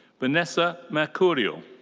vanessa mercurio.